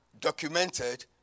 documented